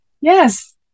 Yes